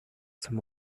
zum